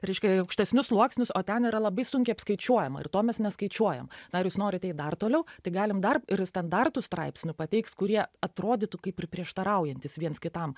reiškia aukštesnius sluoksnius o ten yra labai sunkiai apskaičiuojama ir to mes neskaičiuojam ar jūs norite eit dar toliau tai galim dar ir standartų straipsniu pateiks kurie atrodytų kaip ir prieštaraujantys viens kitam